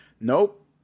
nope